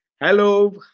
Hello